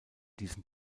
diesem